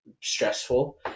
stressful